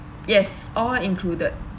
yes all included